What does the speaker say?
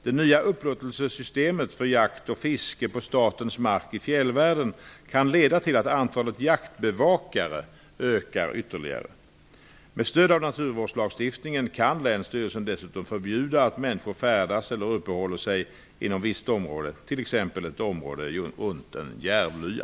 Det nya upplåtelsesystemet för jakt och fiske på statens mark i fjällvärlden kan leda till att antalet jaktbevakare ökar ytterligare. Med stöd av naturvårdslagstiftningen kan länsstyrelsen dessutom förbjuda att människor färdas eller uppehåller sig inom visst område, t.ex. ett område runt en järvlya.